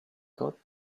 got